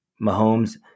Mahomes